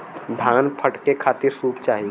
धान फटके खातिर सूप चाही